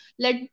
Let